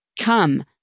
Come